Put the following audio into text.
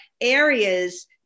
areas